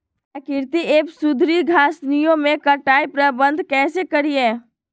प्राकृतिक एवं सुधरी घासनियों में कटाई प्रबन्ध कैसे करीये?